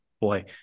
boy